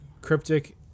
cryptic